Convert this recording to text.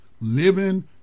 living